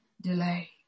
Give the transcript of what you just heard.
delay